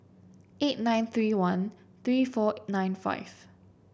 eight nine three one three four nine five